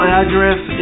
address